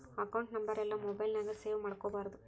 account ನಂಬರೆಲ್ಲಾ mobile ನ್ಯಾಗ save ಮಾಡ್ಕೊಬಾರ್ದು